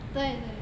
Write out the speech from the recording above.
对对